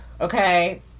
okay